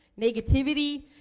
negativity